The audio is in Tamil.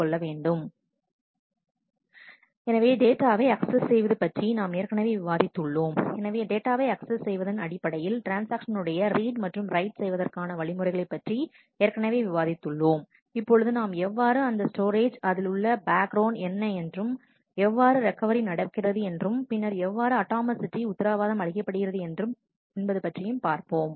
ஒரு ட்ரான்ஸ்ஆக்ஷன் மற்றும் சிஸ்டம் பப்பர் மற்றும் இன்புட் அவுட்புட் இது எப்போது டிஸ்கின் உடைய பிளாக்க்கு இடையில் நடக்கும் என்பதை நினைவில் கொள்ள வேண்டும் எனவே டேட்டாவை அக்சஸ் செய்வது பற்றி நாம் ஏற்கனவே விவாதித்து உள்ளோம் எனவே டேட்டாவை அக்சஸ் செய்வதன் அடிப்படையில் ட்ரான்ஸ்ஆக்ஷன் உடைய ரீட் அல்லது ரைட் செய்வதற்கான வழிமுறைகளை பற்றி ஏற்கனவே விவாதித்து உள்ளோம் இப்பொழுது நாம் எவ்வாறு அந்த ஸ்டோரேஜ் அதிலுள்ள பேக்ரவுண்ட் என்ன என்றும் எவ்வாறு ரெக்கவரி நடக்கிறது என்றும் பின்னர் எவ்வாறு அட்டாமிசிட்டி உத்தரவாதம் அளிக்கப்படுகிறது என்பது பற்றியும் பார்ப்போம்